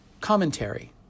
commentary